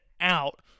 out